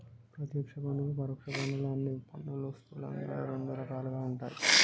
ప్రత్యక్ష పన్నులు, పరోక్ష పన్నులు అని పన్నులు స్థూలంగా రెండు రకాలుగా ఉంటయ్